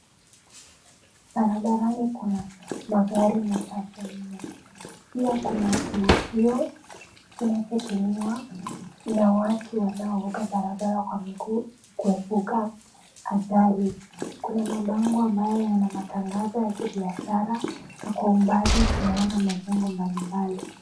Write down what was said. Barabarani kuna magari machache mno. Pia kuna kivukio kinachotumiwa na watu wanaovuka barabara kwa miguu kuepuka ajali. Kuna mabango ambayo yana matangazo ya kibiashara na kwa umbali tunaona majengo mbali mbali.